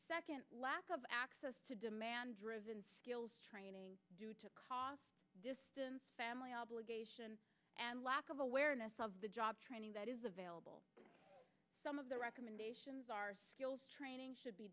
second lack of access to demand driven skills training due to cost distance family obligation and lack of awareness of the job training that is available some of the recommendations are skills training should be